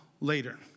later